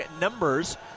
numbers